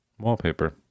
wallpaper